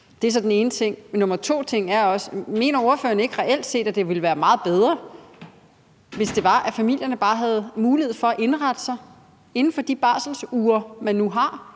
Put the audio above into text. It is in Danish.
Det er den ene ting. Den anden ting er: Mener ordføreren ikke, at det reelt set ville være meget bedre, hvis familierne bare havde mulighed for at indrette sig inden for de barselsuger, man nu har;